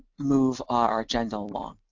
move our agenda along.